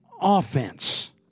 offense